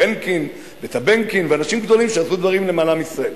חנקין וטבנקין ואנשים גדולים שעשו דברים גדולים למען עם ישראל.